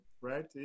right